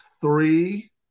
three